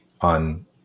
on